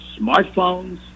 smartphones